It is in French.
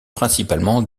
principalement